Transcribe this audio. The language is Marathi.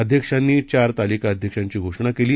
अध्यक्षांनीचारतालिकाअध्यक्षांचीघोषणाकेली